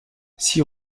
six